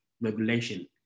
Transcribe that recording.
regulation